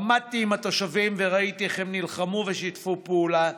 עמדתי עם התושבים וראיתי איך הם נלחמו ושיתפו פעולה